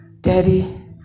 daddy